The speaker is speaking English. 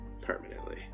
permanently